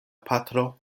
patro